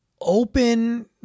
open